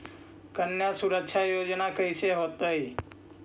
कन्या सुरक्षा योजना कैसे होतै?